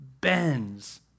bends